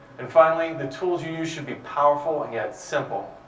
and finally, the tools you use should be powerful and yet simple